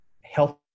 health